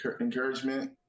encouragement